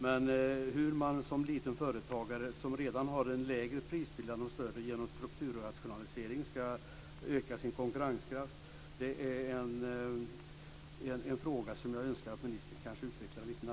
Jag önskar att ministern utvecklar närmare hur en liten företagare med en redan lägre prisbild ska öka sin konkurrenskraft med hjälp av strukturrationalisering.